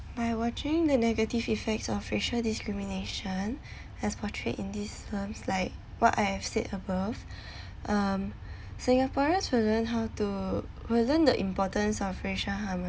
by watching the negative effects of racial discrimination as portrayed in these films like what I have said above um singaporeans will learn how to will learn the importance of racial harmony